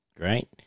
Great